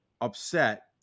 upset